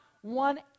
one